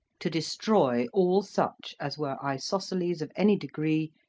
to destroy all such as were isosceles of any degree,